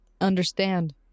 Understand